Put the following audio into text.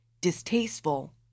distasteful